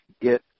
get